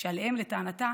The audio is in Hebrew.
שעליהם לטענתה